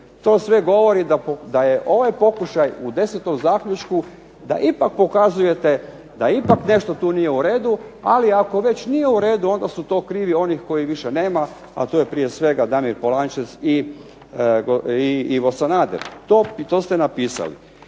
To sve govori da je ovaj pokušaj u desetom zaključku da ipak pokazujete da ipak tu nešto nije u redu, ali ako već nije u redu onda su to krivi oni kojih više nema, a to je prije svega Damir Polančec i Ivo Sanader. I to ste napisali.